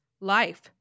life